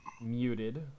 muted